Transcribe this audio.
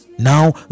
Now